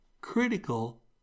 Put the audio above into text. critical